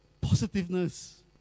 positiveness